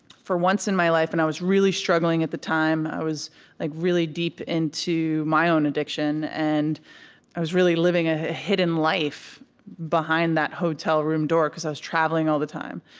for once in my life and i was really struggling at the time. i was like really deep into my own addiction, and i was really living a hidden life behind that hotel room door because i was traveling all the time.